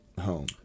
home